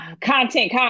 content